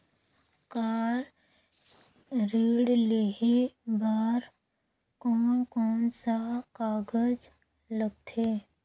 Car ऋण लेहे बार कोन कोन सा कागज़ लगथे?